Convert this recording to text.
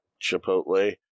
chipotle